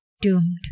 doomed